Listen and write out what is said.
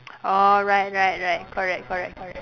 orh right right right correct correct correct